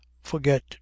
forget